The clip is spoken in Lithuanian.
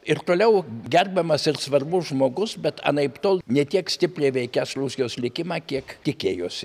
ir toliau gerbiamas ir svarbus žmogus bet anaiptol ne tiek stipriai veikiąs rusijos likimą kiek tikėjosi